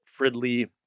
Fridley